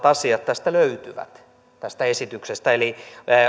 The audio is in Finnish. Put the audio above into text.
asiat tästä esityksestä löytyvät eli